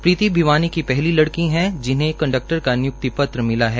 प्रीति भिवानी की पहली लड़क़ी है जिन्हें कंडक्टर का नियंक्ति पत्र मिला है